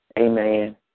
Amen